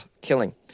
killing